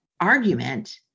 argument